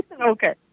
Okay